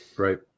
Right